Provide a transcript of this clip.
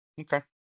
Okay